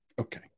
Okay